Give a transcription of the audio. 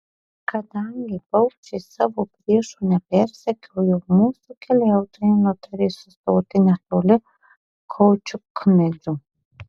kadangi paukščiai savo priešų nepersekiojo mūsų keliautojai nutarė sustoti netoli kaučiukmedžio